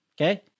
okay